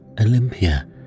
Olympia